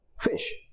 fish